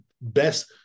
best